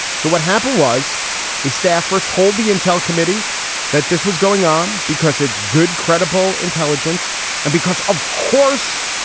so what happened was a staffer told the intel committee that this was going on because it's good, credible intelligence and because, of course,